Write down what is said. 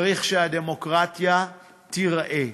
צריך שהדמוקרטיה תיראה.